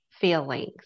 feelings